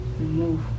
Remove